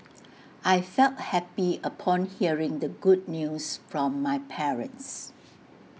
I felt happy upon hearing the good news from my parents